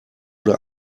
oder